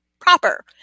proper